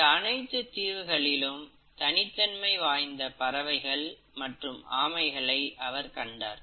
இந்த அனைத்து தீவுகளிலும் தனித்தன்மை வாய்ந்த பறவைகள் மற்றும் ஆமைகளை அவர் கண்டார்